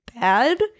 bad